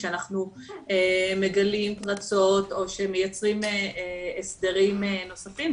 כשאנחנו מגלים פרצות או כשמייצרים הסדרים נוספים,